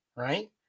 Right